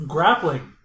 Grappling